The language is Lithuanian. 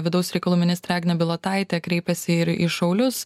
vidaus reikalų ministrė agnė bilotaitė kreipėsi ir į šaulius